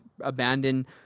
Abandon